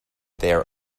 their